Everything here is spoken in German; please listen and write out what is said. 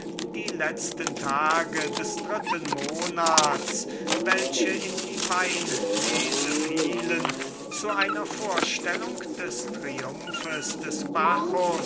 die letzten tage des dritten monats welche in die weinlese fielen zu einer vorstellung des triumphes des bacchus